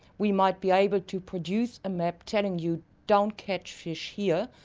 we might be able to produce a map telling you don't catch fish here,